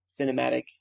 cinematic